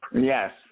Yes